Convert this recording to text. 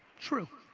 true.